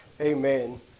Amen